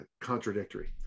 contradictory